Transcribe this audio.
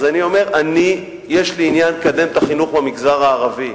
אז אני אומר: יש לי עניין לקדם את החינוך במגזר הערבי,